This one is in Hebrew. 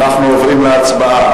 אנחנו עוברים להצבעה.